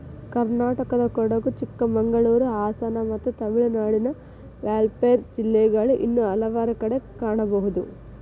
ಕರ್ನಾಟಕದಕೊಡಗು, ಚಿಕ್ಕಮಗಳೂರು, ಹಾಸನ ಮತ್ತು ತಮಿಳುನಾಡಿನ ವಾಲ್ಪಾರೈ ಜಿಲ್ಲೆಗಳು ಇನ್ನೂ ಹಲವಾರು ಕಡೆ ಕಾಣಬಹುದು